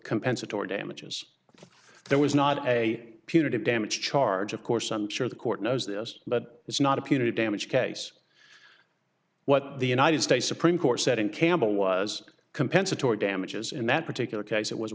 compensatory damages there was not a punitive damage charge of course i'm sure the court knows this but it's not a punitive damage case what the united states supreme court said in campbell was compensatory damages in that particular case it was